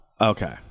Okay